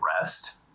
rest